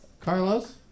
Carlos